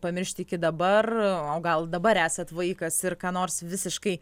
pamiršti iki dabar o gal dabar esat vaikas ir ką nors visiškai